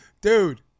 dude